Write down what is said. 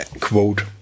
quote